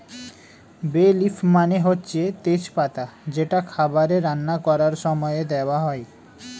বে লিফ মানে হচ্ছে তেজ পাতা যেটা খাবারে রান্না করার সময়ে দেওয়া হয়